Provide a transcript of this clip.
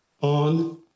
on